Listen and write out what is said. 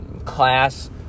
Class